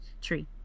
Tree